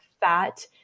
fat